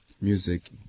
music